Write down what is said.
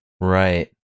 Right